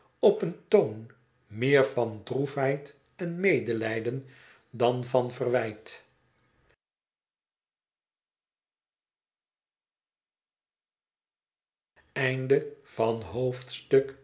op een toon meer van droefheid en medelijden dan van verwijt